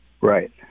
Right